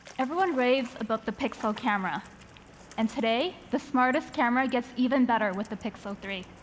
everyone raves about the pixel camera and today, the smartest camera gets even better with the pixel three.